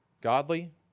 godly